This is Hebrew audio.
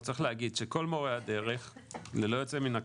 צריך להגיד שכל מורי הדרך ללא יוצא מן הכלל,